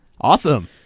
Awesome